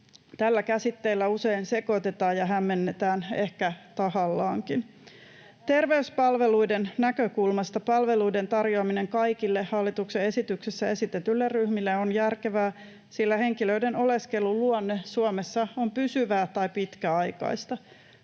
Tällä käsitteellä usein sekoitetaan ja hämmennetään, ehkä tahallaankin. Terveyspalveluiden näkökulmasta palveluiden tarjoaminen kaikille hallituksen esityksessä esitetyille ryhmille on järkevää, sillä henkilöiden oleskelun luonne Suomessa on pysyvää tai pitkäaikaista.